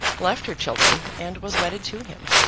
left her children and was wedded to him.